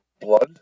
Blood